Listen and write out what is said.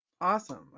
Awesome